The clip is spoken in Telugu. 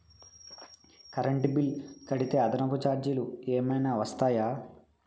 కరెంట్ బిల్లు కడితే అదనపు ఛార్జీలు ఏమైనా వర్తిస్తాయా?